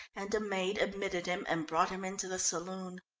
and a maid admitted him and brought him into the saloon.